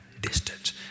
distance